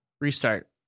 restart